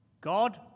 God